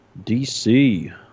DC